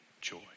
joy